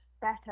better